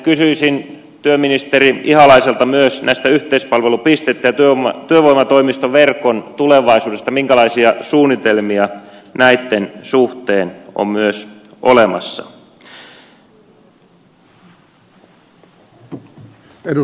kysyisin työministeri ihalaiselta myös näistä yhteispalvelupisteistä ja työvoimatoimistoverkon tulevaisuudesta minkälaisia suunnitelmia näitten suhteen on myös olemassa